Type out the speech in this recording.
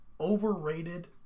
overrated